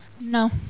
No